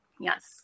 Yes